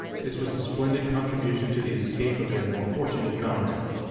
this was a splendid contribution to the escape of their more fortunate comrades.